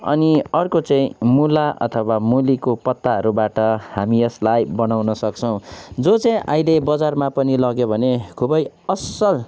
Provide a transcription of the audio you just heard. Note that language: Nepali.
अनि अर्को चाहिँ मुला अथवा मुलीको पत्ताहरूबाट हामी यसलाई बनाउन सक्छौँ जो चाहिँ अहिले बजारमा पनि लग्यो भने खुबै असल